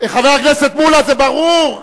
זה ברור.